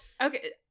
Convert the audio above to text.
okay